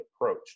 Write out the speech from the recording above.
approach